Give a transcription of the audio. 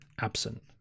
absent